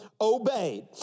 obeyed